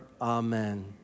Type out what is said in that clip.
Amen